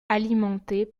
alimentées